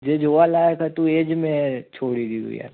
જે જોવાલાયક હતું એ જ મેં છોડી દીધું યાર